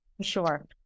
Sure